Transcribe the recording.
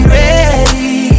ready